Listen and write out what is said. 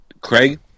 Craig